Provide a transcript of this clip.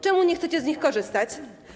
Czemu nie chcecie z nich korzystać?